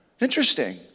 Interesting